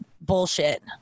bullshit